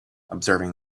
observing